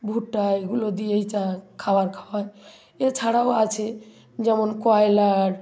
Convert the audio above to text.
ভুট্টা এগুলো দিয়েই যা খাওয়ার খাওয়ায় এছাড়াও আছে যেমন কয়লার